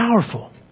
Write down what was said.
powerful